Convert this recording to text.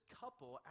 couple